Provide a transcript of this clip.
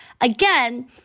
again